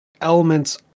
elements